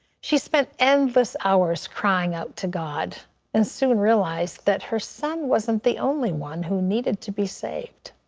she spent endless hours crying out to god and soon realized that her son wasn't the only one who needed to be saved.